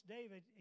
David